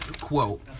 quote